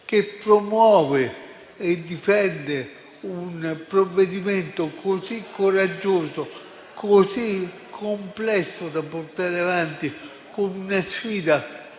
che promuove e difende un provvedimento così coraggioso, così complesso da portare avanti una sfida di